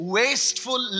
wasteful